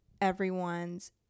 everyone's